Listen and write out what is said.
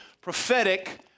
prophetic